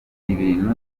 ibintu